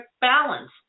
balance